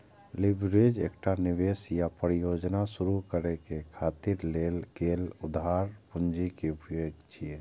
leverage एकटा निवेश या परियोजना शुरू करै खातिर लेल गेल उधारक पूंजी के उपयोग छियै